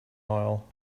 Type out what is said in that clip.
oil